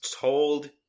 told